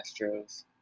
Astros